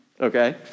Okay